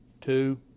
two